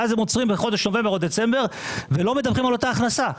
ואז הם עוצרים בחודש נובמבר או דצמבר ולא מדווחים על אותה הכנסה.